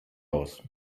aus